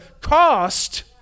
cost